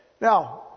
Now